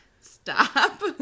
stop